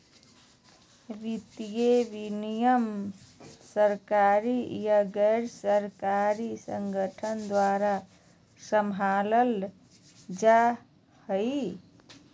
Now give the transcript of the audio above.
वित्तीय विनियमन सरकारी या गैर सरकारी संगठन द्वारा सम्भालल जा हय